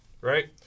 right